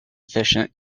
efficient